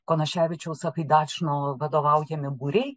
konasevičiaus sagaidačno vadovaujami būriai